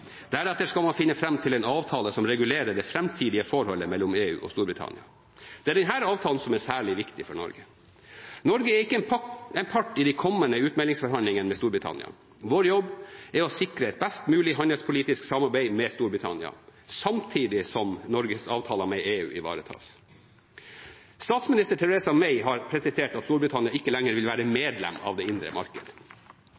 Deretter skal man finne fram til en avtale som regulerer det framtidige forholdet mellom EU og Storbritannia. Det er denne avtalen som er særlig viktig for Norge. Norge er ikke part i de kommende utmeldingsforhandlingene med Storbritannia. Vår jobb er å sikre et best mulig handelspolitisk samarbeid med Storbritannia, samtidig som Norges avtaler med EU ivaretas. Statsminister Theresa May har presisert at Storbritannia ikke lenger vil være